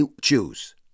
choose